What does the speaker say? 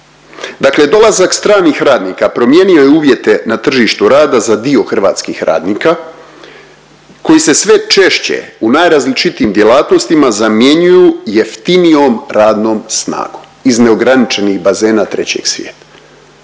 Dakle, dolazak stranih radnika promijenio je uvjete na tržištu rada za dio hrvatskih radnika koji se sve češće u najrazličitijim djelatnostima zamjenjuju jeftinijom radnom snagom iz neograničenog bazena trećeg svijeta.